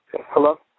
Hello